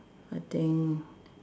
I think